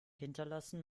hinterlassen